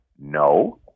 no